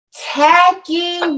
tacky